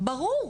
ברור.